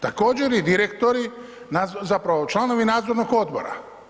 Također i direktori, zapravo članovi nadzornog odbora.